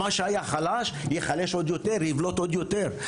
מה שהיה חלש ייחלש עוד יותר, יבלוט עוד יותר.